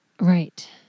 Right